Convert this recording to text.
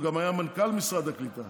הוא גם היה מנכ"ל משרד הקליטה.